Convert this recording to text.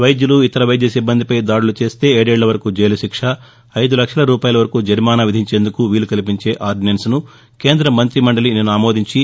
వైద్యులు ఇతర వైద్య సిబ్బందిపై దాడులు చేస్తే ఏడేళ్ల వరకు జైలు శిక్ష ఐదు లక్షల రూపాయల వరకు జరిమానా విధించేందుకు వీలు కల్పించే ఆర్డినెన్స్ను కేంద్ర మంతిమండలి నిన్న ఆమోదించి